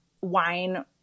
wine